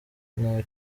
nto